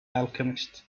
alchemist